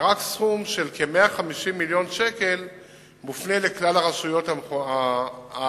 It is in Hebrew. ורק סכום של כ-150 מיליון ש"ח מופנה לכלל הרשויות האחרות.